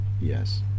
Yes